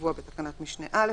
הקבוע בתקנת משנה (א),